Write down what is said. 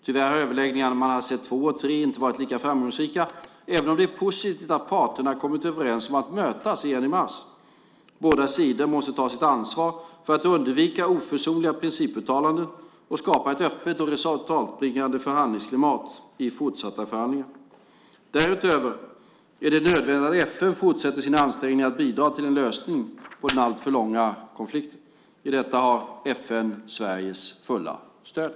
Tyvärr har överläggningarna i Manhasset II och III inte varit lika framgångsrika även om det är positivt att parterna kommit överens om att mötas igen i mars. Båda sidor måste ta sitt ansvar för att undvika oförsonliga principuttalanden och skapa ett öppet och resultatbringande förhandlingsklimat i fortsatta förhandlingar. Därutöver är det nödvändigt att FN fortsätter sina ansträngningar att bidra till en lösning på den alltför långvariga konflikten. I detta har FN Sveriges fulla stöd.